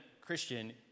Christian